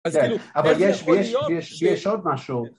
אבל יש, יש, יש, יש עוד משהו